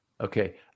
Okay